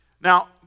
Now